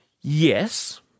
yes